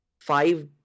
five